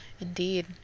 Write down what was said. indeed